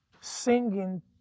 singing